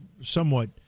somewhat